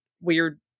weird